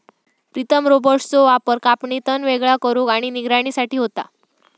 प्रीतम रोबोट्सचो वापर कापणी, तण वेगळा करुक आणि निगराणी साठी होता